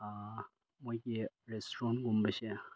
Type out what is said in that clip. ꯃꯣꯏꯒꯤ ꯔꯦꯁꯇꯨꯔꯦꯟꯒꯨꯝꯕꯁꯦ